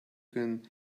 can